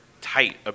tight